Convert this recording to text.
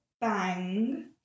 bang